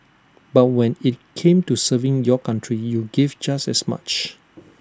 but when IT came to serving your country you gave just as much